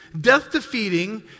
death-defeating